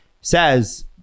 says